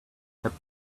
kept